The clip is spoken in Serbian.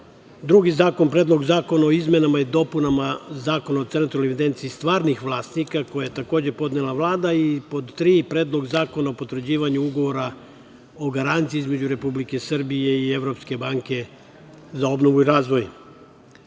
drugi je Predlog zakona o izmenama i dopunama Zakona o centralnoj evidenciji stvarnih vlasnika, koji je takođe podnela Vlada i pod tri, Predlog zakona o potvrđivanju Ugovora o garanciji između Republike Srbije i Evropske banke za obnovu i razvoj. Na